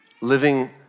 living